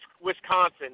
Wisconsin